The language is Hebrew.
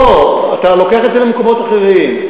לא, אתה לוקח את זה למקומות אחרים.